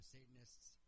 Satanists